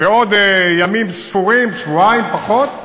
בעוד ימים ספורים, שבועיים, פחות,